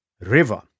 River